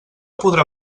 podrà